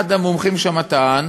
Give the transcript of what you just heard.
אחד המומחים שם טען